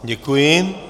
Děkuji.